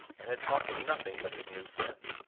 and had talked of nothing but his new friend.